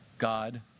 God